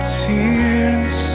tears